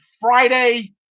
Friday